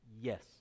Yes